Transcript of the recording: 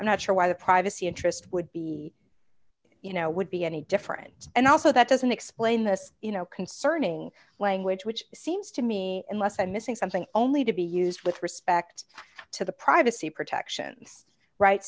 that's why the privacy interest would be you know would be any different and also that doesn't explain this you know concerning language which seems to me unless i'm missing something only to be used with respect to the privacy protections right